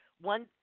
one